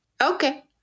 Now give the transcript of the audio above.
Okay